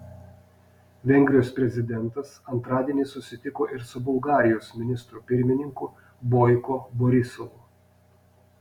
vengrijos prezidentas antradienį susitiko ir su bulgarijos ministru pirmininku boiko borisovu